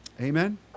Amen